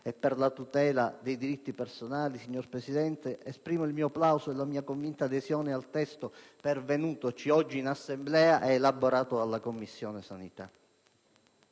e per la tutela dei diritti personali, signora Presidente, esprimo il mio plauso e la mia convinta adesione al testo pervenutoci oggi in Assemblea ed elaborato dalla Commissione sanità.